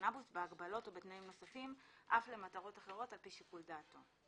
בקנאבוס בהגבלות או בתנאים נוספים אף למטרות אחרות על פי שיקול דעתו.